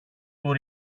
του